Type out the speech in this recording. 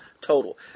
total